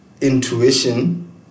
intuition